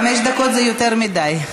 חמש דקות זה יותר מדי.